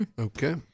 Okay